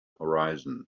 horizon